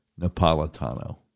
Napolitano